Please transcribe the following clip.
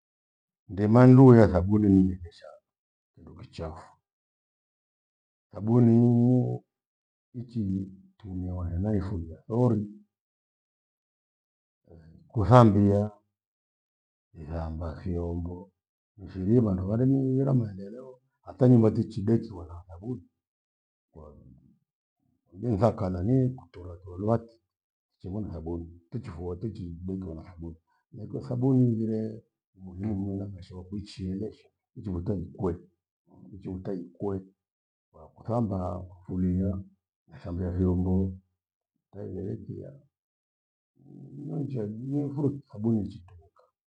Ndima ndue ya thabuni nileghesha kindu kichafu. Thabuniii ichinitumiwa hena ifuria thori, ikuthambia, ithamba fiombo, mifiri phandu phemighira maendeleo hata nyumba tichidekiwa na thabuni. Kwalughu nthaka nani kutorwa tolwati chivona thabuni tichi fua tichi dekiwa na thabuni. Henachio thabuni highire ibunimhio na mashoo kwichi helesha kichiboto nikweli, kichibweta ikwe wa kuthamba, fulia, ithambia viombo tahighire kia ni- niunjia- du nihoi thabuni ichitumika.